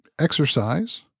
exercise